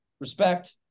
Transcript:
Respect